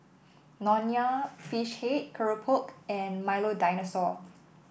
Nonya Fish Head keropok and Milo Dinosaur